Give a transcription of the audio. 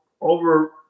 over